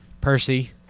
Percy